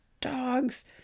dogs